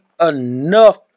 enough